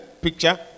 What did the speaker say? picture